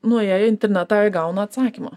nuėję į internetą jie gauna atsakymą